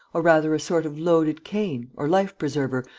or rather a sort of loaded cane, or life-preserver,